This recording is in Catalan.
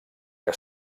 que